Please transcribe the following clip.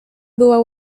była